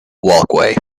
walkway